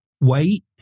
Wait